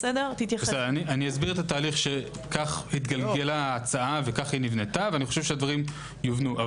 אסביר את התהליך שכך התגלגלה ההצעה וכך נבנתה ואני חושב שהדברים יובנו.